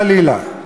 חלילה,